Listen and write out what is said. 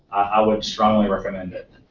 i would strongly recommend it.